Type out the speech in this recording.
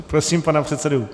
Prosím pana předsedu...